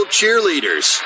Cheerleaders